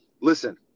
listen